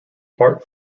part